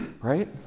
right